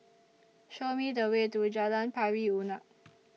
Show Me The Way to Jalan Pari Unak